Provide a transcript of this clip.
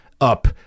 up